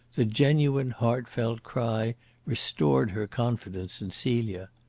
the genuine, heartfelt cry restored her confidence in celia.